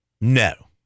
No